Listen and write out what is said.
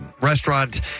restaurant